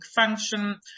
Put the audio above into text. function